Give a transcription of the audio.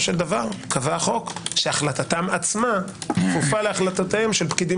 של דבר קבע החוק שהחלטתם עצמם כפופה להחלטותיהם של פקידים